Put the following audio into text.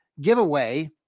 giveaway